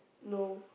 no